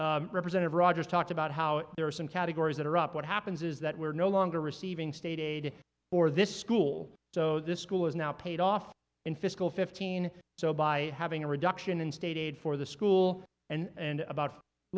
flats represented rogers talked about how there are some categories that are up what happens is that we're no longer receiving state aid or this school so this school is now paid off in fiscal fifteen so by having a reduction in state aid for the school and about